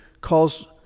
calls